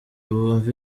bumve